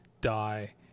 die